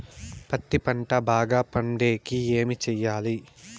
పత్తి పంట బాగా పండే కి ఏమి చెయ్యాలి?